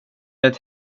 ett